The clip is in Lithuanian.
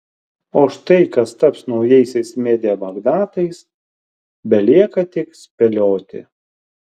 o štai kas taps naujaisiais media magnatais belieka tik spėlioti